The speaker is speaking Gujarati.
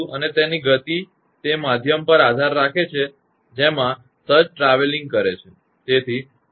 અને તેની ગતિ તે માધ્યમ પર આધારીત છે જેમાં સર્જ ટ્રાવેલીંગમુસાફરી કરે છે